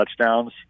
touchdowns